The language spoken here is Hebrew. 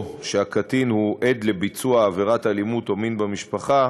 או שהקטין הוא עד לביצוע עבירת אלימות או מין במשפחה,